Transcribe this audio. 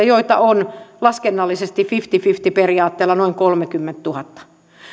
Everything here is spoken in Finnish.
joita on laskennallisesti fifty fifty periaatteella noin kolmekymmentätuhatta